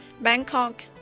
Bangkok